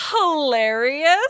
hilarious